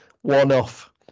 one-off